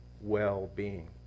well-being